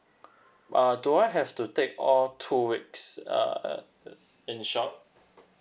uh do I have to take all two weeks uh in shot